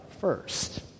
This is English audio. first